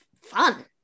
fun